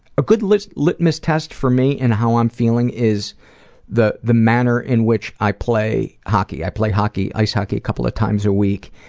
a good litmus litmus test for me and how i'm feeling is the the manner in which i play hockey. i play ice hockey a couple of times a week.